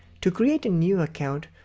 to create a new account,